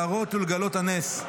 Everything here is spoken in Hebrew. להראות ולגלות הנס.